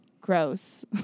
gross